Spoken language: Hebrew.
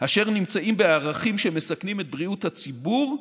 אשר נמצאים בערכים שמסכנים את בריאות הציבור,